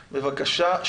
בבקשה,